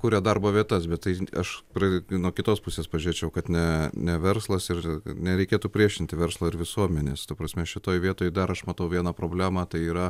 kuria darbo vietas bet tai aš prad nuo kitos pusės pažiūrėčiau kad ne ne verslas ir nereikėtų priešinti verslo ir visuomenės ta prasme šitoj vietoj dar aš matau vieną problemą tai yra